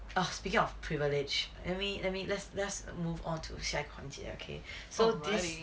speaking of privilege and let me let me let's let's move on to 下一个环节 okay so this